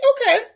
okay